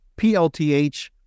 PLTH